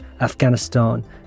Afghanistan